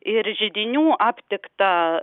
ir židinių aptikta